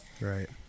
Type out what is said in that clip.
right